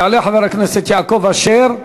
יעלה חבר הכנסת יעקב אשר,